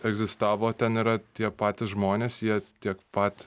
egzistavo o ten yra tie patys žmonės jie tiek pat